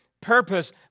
purpose